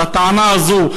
אז הטענה הזו,